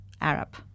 Arab